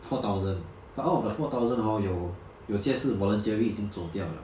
four thousand but out of the four thousand hor 有有些是 voluntary 已经走掉了